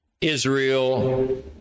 Israel